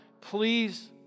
Please